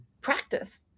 practice